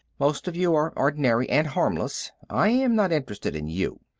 most of you are ordinary and harmless i am not interested in you.